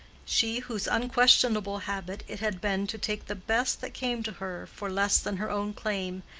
she, whose unquestionable habit it had been to take the best that came to her for less than her own claim,